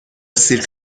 سیرک